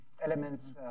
elements